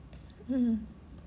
mm